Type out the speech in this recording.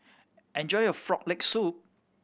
enjoy your Frog Leg Soup